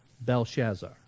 Belshazzar